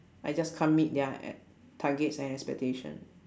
I just can't meet their targets and expectation